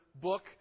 book